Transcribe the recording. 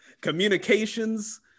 Communications